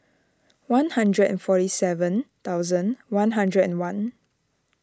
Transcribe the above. one hundred and forty seven thousand one hundred and one